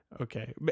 Okay